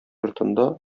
йортында